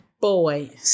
boy